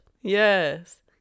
Yes